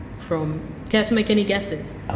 from. care to make any guesses?